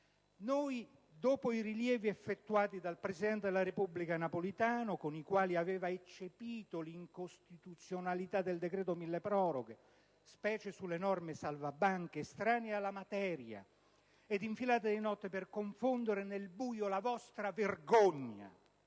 Dopo i rilievi effettuati dal presidente della Repubblica Giorgio Napolitano, con i quali questi aveva eccepito l'incostituzionalità del decreto milleproroghe, specie sulle norme salvabanche, estranee alla materia ed infilate di notte per confondere nel buio la vostra vergogna,